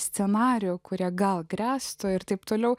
scenarijų kurie gal grėstų ir taip toliau